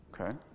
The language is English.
Okay